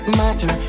matter